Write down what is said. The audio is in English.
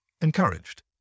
Encouraged